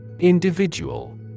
Individual